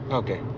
okay